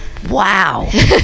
Wow